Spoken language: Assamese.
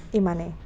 ইমানেই